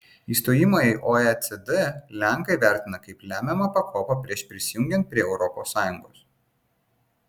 įstojimą į oecd lenkai vertina kaip lemiamą pakopą prieš prisijungiant prie europos sąjungos